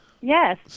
Yes